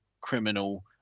criminal